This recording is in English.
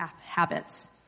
habits